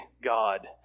God